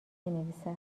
بنویسد